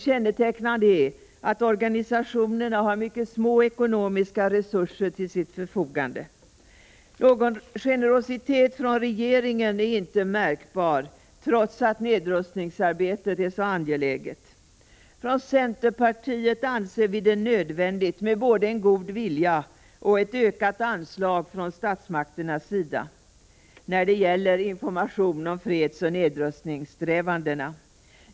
Kännetecknande är att organisationerna har mycket små ekonomiska resurser till sitt förfogande. Någon generositet från regeringen är inte märkbar, trots att nedrustningsarbetet är så angeläget. Från centerpartiet anser vi det nödvändigt med både en god vilja och ett ökat anslag från statsmakternas sida när det gäller information om fredsoch nedrustningssträvandena.